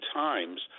times